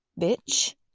bitch